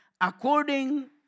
according